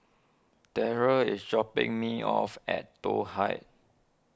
Darryl is dropping me off at Toh Heights